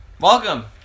Welcome